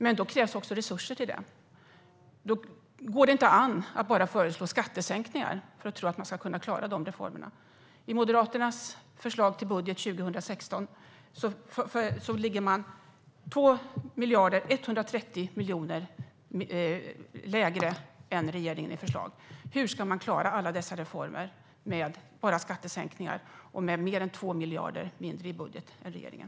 Men då krävs det också resurser, och då går det inte an att bara föreslå skattesänkningar om man ska kunna klara dessa reformer. I Moderaternas förslag till budget 2016 ligger man 2 miljarder 130 miljoner lägre än regeringen i fråga om förslag. Hur ska man klara alla dessa reformer med bara skattesänkningar och med mer än 2 miljarder mindre i budget än regeringen?